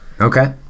Okay